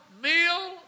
meal